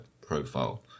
profile